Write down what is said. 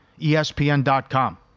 ESPN.com